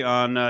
on